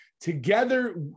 together